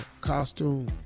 costume